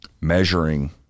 measuring